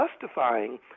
justifying